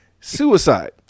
suicide